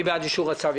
מי בעד אישור הצו?